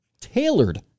tailored